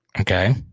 Okay